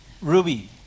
Ruby